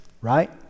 right